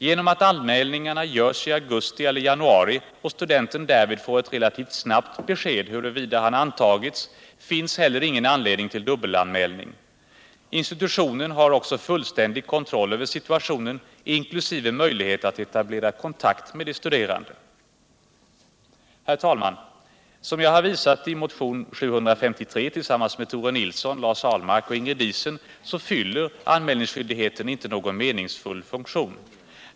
Genom att anmälningarna görs i augusti eller januari och studenten därvid får ett relativt snabbt besked huruvida han antagits, finns heller ingen anledning till dubbelanmälning. Institutionen har också fullständig kontroll över - Nr 150 situationen, inkl. möjlighet att etablera kontakt med de studerande. Onsdagen den Herr talman! Som jag har visat i motionen 1977/78:753 tillsammans med 24 maj 1978 Tore Nilsson, Lars Ahlmark och Ingrid Diesen fyller anmälningsskyldigheten inte någon meningsfull funktion.